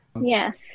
Yes